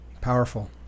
Powerful